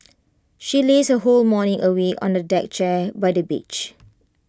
she lazed her whole morning away on A deck chair by the beach